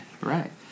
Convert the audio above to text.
right